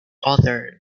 author